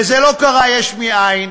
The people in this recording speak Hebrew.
וזה לא קרה יש מאין,